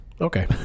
okay